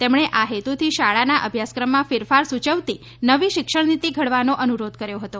તેમણે આ હેતુથી શાળાના અભ્યાસક્રમમાં ફેરફાર સૂચવતી નવી શિક્ષણનીતી ઘડવાનો અનુરોધ કર્યો હતો